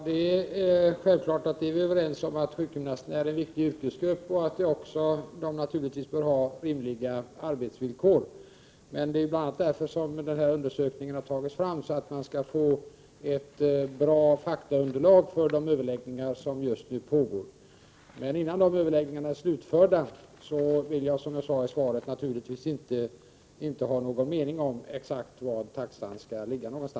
Herr talman! Självfallet är vi överens om att sjukgymnasterna är en viktig yrkesgrupp. De bör naturligtvis också ha rimliga arbetsvillkor. Det är bl.a. därför som denna undersökning har gjorts. Man vill få ett bra faktaunderlag för de överläggningar som just nu pågår. Innan överläggningarna är slutförda vill jag, som jag sade i svaret, naturligtvis inte uttala någon mening om exakt vad taxan skall vara.